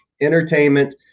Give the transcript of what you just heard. entertainment